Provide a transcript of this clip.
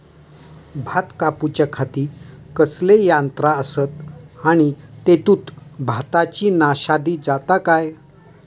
भात कापूच्या खाती कसले यांत्रा आसत आणि तेतुत भाताची नाशादी जाता काय?